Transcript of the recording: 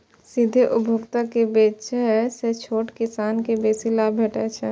सीधे उपभोक्ता के बेचय सं छोट किसान कें बेसी लाभ भेटै छै